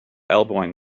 elbowing